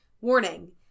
Warning